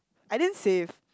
I didn't save